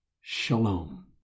Shalom